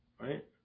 right